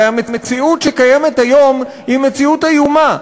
הרי המציאות שקיימת היום היא מציאות איומה,